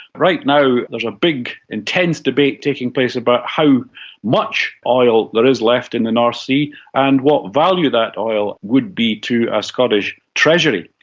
right now there's a big intense debate taking place about how much oil there is left in the north sea and what value that oil would be to a scottish treasury.